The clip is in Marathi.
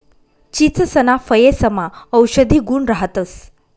चीचसना फयेसमा औषधी गुण राहतंस